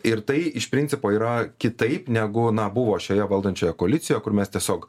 ir tai iš principo yra kitaip negu na buvo šioje valdančioje koalicijoj kur mes tiesiog